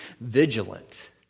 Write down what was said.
vigilant